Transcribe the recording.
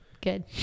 Good